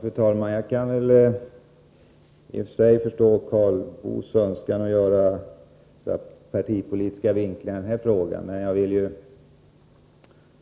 Fru talman! Jag kan i och för sig förstå Karl Boos önskan att partipolitiskt vinkla den här frågan. Jag vill emellertid